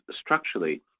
structurally